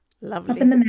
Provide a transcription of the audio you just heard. Lovely